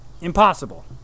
Impossible